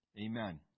Amen